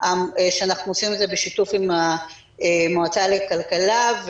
שאנחנו עושים את זה בשיתוף עם המועצה לכלכלה.